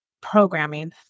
programming